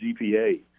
GPA